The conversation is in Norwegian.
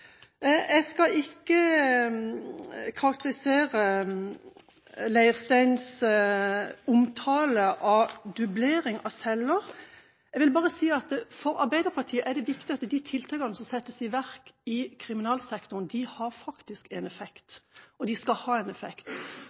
Jeg skal ikke karakterisere Leirsteins omtale av dublering av celler. Jeg vil bare si at for Arbeiderpartiet er det viktig at de tiltakene som settes i verk i kriminalsektoren, faktisk har en effekt – de skal ha en effekt.